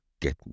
get